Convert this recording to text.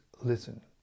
listen